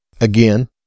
again